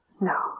No